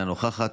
אינה נוכחת,